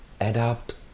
adapt